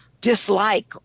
dislike